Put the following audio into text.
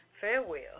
Farewell